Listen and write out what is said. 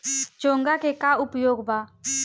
चोंगा के का उपयोग बा?